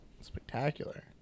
spectacular